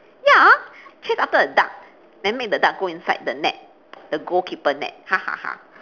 ya chase after a duck then make the duck go inside the net the goal keeper net ha ha ha